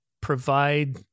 provide